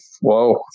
Whoa